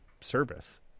service